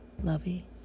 lovey